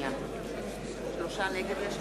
55 בעד, שלושה נגד.